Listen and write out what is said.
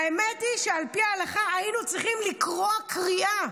האמת היא שעל פי ההלכה היו צריכים לקרוע קריעה.